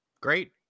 Great